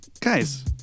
Guys